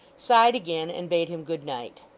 sighed again and bade him good night.